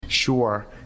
Sure